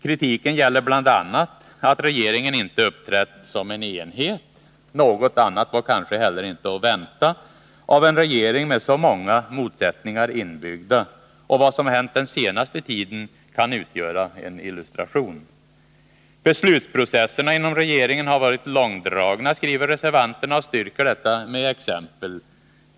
Kritiken gäller bl.a. att regeringen inte uppträtt som en enhet. Något annat var kanske heller inte att väntaaven Nr 145 regering med så många motsättningar inbyggda. Vad som hänt den senaste tiden kan utgöra en illustration. Beslutsprocesserna inom regeringen har varit långdragna, skriver reservanterna och styrker detta med exempel.